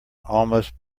almost